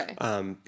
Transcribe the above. Okay